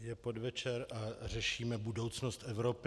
Je podvečer a řešíme budoucnost Evropy.